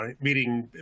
meeting